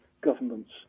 government's